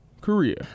Korea